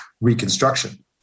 reconstruction